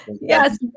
Yes